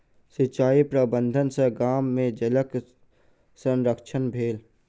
सिचाई प्रबंधन सॅ गाम में जलक संरक्षण भेल